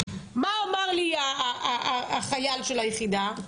מה אמר לי החייל של היחידה?